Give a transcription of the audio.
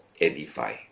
edify